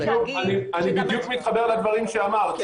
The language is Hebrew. אני בדיוק מתחבר לדברים שאמרת,